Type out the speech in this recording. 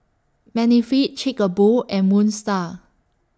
Benefit Chic A Boo and Moon STAR